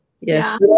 Yes